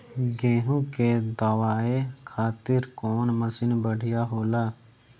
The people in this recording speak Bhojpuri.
गेहूँ के दवावे खातिर कउन मशीन बढ़िया होला?